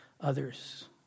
others